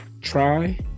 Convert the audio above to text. try